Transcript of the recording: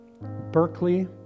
Berkeley